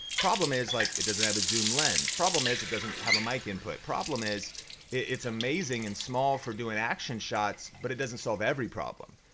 problem is like, it doesn't have a zoom lens, problem is it doesn't have a mic input, problem is it's amazing and small for doing action shots but it doesn't solve every problem.